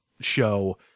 show